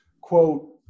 quote